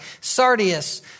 sardius